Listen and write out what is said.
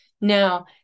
Now